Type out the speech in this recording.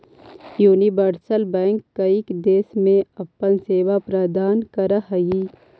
universal bank कईक देश में अपन सेवा प्रदान करऽ हइ